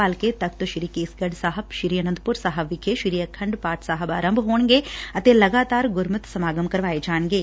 ਭਲਕੇ ਤਖ਼ਤ ਸ੍ਰੀ ਕੇਸਗੜੁ ਸਾਹਿਬ ਸ੍ਰੀ ਅੰਦਪੁਰ ਸਾਹਿਬ ਵਿਖੇ ਸ੍ਰੀ ਆਖੰਡ ਪਾਠ ਸਾਹਿਬ ਆਰੰਭ ਹੋਣਗੇ ਅਤੇ ਲਗਾਤਾਰ ਗੁਰਮਤਿ ਸਮਾਗਮ ਕਰਵਾਏ ਜਾਣਗੇ